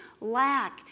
lack